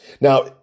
Now